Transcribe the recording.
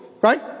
right